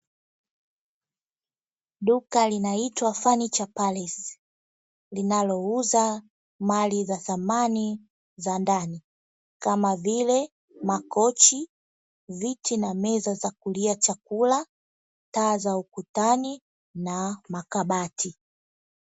Duka linaitwa “funiture palace”, linalouza mali za samani za ndani, kama vile; makochi, viti na meza za kulia chakula, taa za ukutani na makabati.